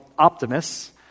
Optimists